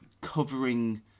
covering